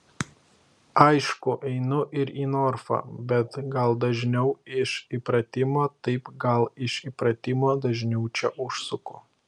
aišku einu ir į norfą bet gal dažniau iš įpratimo taip gal iš įpratimo dažniau čia užsuku